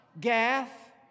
Gath